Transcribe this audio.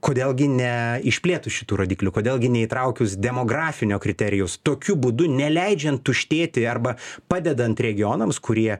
kodėl gi neišplėtus šitų rodiklių kodėl gi neįtraukius demografinio kriterijaus tokiu būdu neleidžian tuštėti arba padedant regionams kurie